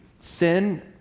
Sin